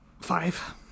Five